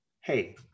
hey